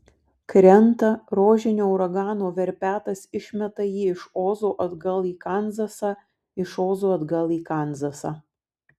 krenta rožinio uragano verpetas išmeta jį iš ozo atgal į kanzasą iš ozo atgal į kanzasą